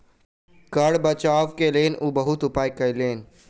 कर बचाव के लेल ओ बहुत उपाय कयलैन